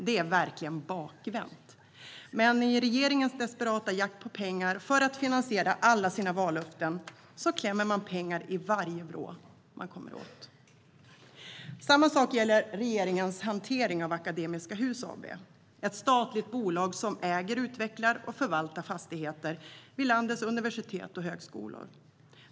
Det är verkligen bakvänt, men i regeringens desperata jakt på pengar för att finansiera alla vallöften klämmer man dock fram pengar ur varje vrå man kommer åt. Samma sak gäller regeringens hantering av Akademiska Hus AB, ett statligt bolag som äger, utvecklar och förvaltar fastigheter vid landets universitet och högskolor.